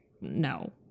No